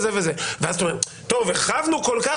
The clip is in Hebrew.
אז את אומרת, טוב, הרחבנו כל כך.